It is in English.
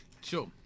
Sure